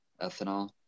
ethanol